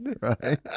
right